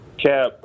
Cap